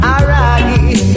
Alright